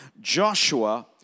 Joshua